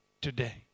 today